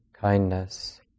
kindness